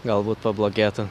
galbūt pablogėtų